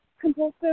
compulsive